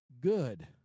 good